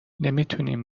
نمیتونیم